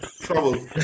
trouble